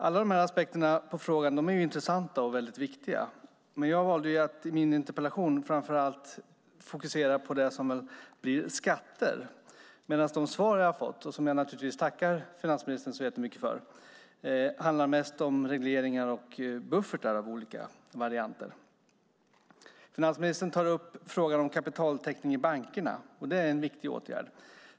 Alla dessa aspekter av frågan är intressanta och viktiga, men i min interpellation valde jag att framför allt fokusera på beskattningen. De svar jag har fått, som jag tackar finansministern för, handlar däremot mest om olika varianter av regleringar och buffertar. Finansministern tar upp frågan om kapitaltäckning i bankerna som är en viktig åtgärd.